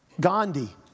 Gandhi